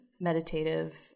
meditative